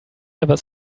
ever